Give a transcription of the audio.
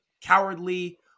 cowardly